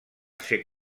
ser